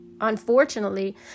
unfortunately